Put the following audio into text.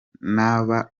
n’aba